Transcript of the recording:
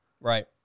Right